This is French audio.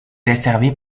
desservi